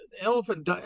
elephant